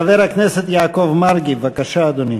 חבר הכנסת יעקב מרגי, בבקשה, אדוני.